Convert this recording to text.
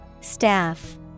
Staff